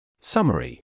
Summary